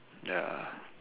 ya